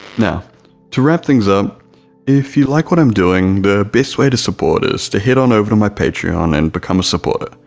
now to wrap things up if you like what i'm doing, the best way to support is to head on over to my patreon and become a supporter,